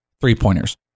three-pointers